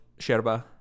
sherba